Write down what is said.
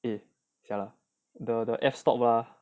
eh [sial] ah the F stop lah